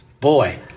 Boy